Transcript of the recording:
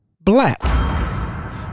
black